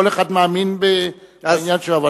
כל אחד מאמין בעניין שלו.